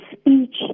speech